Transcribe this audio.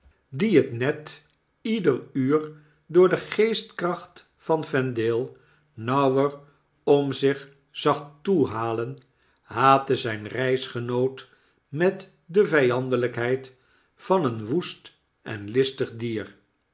die het net ieder uur door de geestkracht van vendale nauwer om zich zag toehalen haatte zynreisgenoot met de vyandelpheid van een woest en listig dier